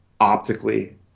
optically